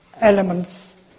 elements